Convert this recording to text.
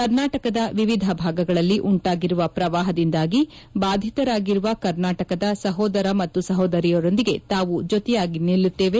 ಕರ್ನಾಟಕದ ವಿವಿಧ ಭಾಗಗಳಲ್ಲಿ ಉಂಟಾಗಿರುವ ಶ್ರವಾಹದಿಂದಾಗಿ ಬಾಧಿತರಾಗಿರುವ ಕರ್ನಾಟಕದ ಸಹೋದರ ಮತ್ತು ಸಹೋದರಿಯರೊಂದಿಗೆ ನಾವು ಜೊತೆಯಾಗಿ ನಿಲ್ಲುತ್ತೇವೆ